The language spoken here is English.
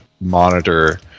monitor